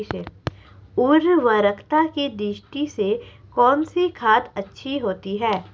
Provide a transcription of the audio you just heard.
उर्वरकता की दृष्टि से कौनसी खाद अच्छी होती है?